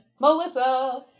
Melissa